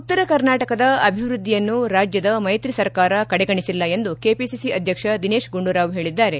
ಉತ್ತರ ಕರ್ನಾಟಕದ ಅಭಿವ್ವದ್ದಿಯನ್ನು ರಾಜ್ಯದ ಮೈತ್ರಿ ಸರ್ಕಾರ ಕಡೆಗಣಿಸಿಲ್ಲ ಎಂದು ಕೆಪಿಸಿಸಿ ಅಧ್ಯಕ್ಷ ದಿನೇಶ್ ಗುಂಡೂರಾವ್ ಹೇಳಿದ್ದಾರೆ